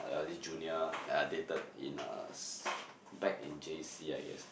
there was this junior that I dated in uh back in J_C I guess